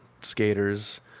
skaters